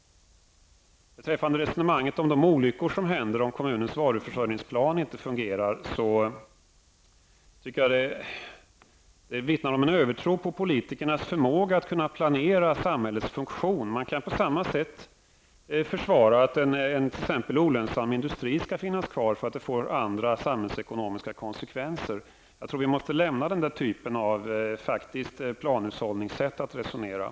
Beträffande resonemanget om de olyckor som händer om kommunens varuförsörjningsplan inte fungerar vill jag säga att jag tycker att det vittnar om en övertro på politikernas förmåga att planera samhällets funktion. Man kan på samma sätt försvara att t.ex. en olönsam industri skall få vara kvar, eftersom en nedläggelse skulle få vissa samhällsekonomiska konsekvenser. Jag tror att vi måste överge denna typ av planhushållningsresonemang.